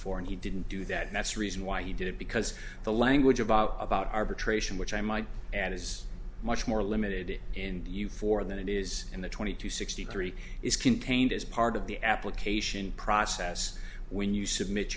for and he didn't do that and that's reason why he did it because the language of about arbitration which i might add is much more limited in you for than it is in the twenty to sixty three is contained as part of the application process when you submit